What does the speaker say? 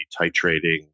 titrating